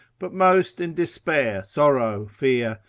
but most in despair, sorrow, fear,